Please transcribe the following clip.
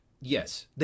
Yes